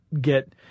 get